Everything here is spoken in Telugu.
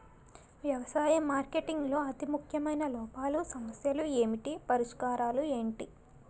వ్యవసాయ మార్కెటింగ్ లో అతి ముఖ్యమైన లోపాలు సమస్యలు ఏమిటి పరిష్కారాలు ఏంటి?